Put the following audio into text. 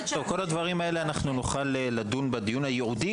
את כל הדברים האלה אנחנו נוכל לדון בדיון הייעודי